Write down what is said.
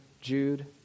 Jude